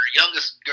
youngest